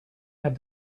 had